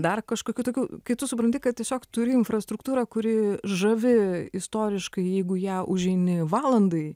dar kažkokių tokių kai tu supranti kad tiesiog turi infrastruktūrą kuri žavi istoriškai jeigu į ją užeini valandai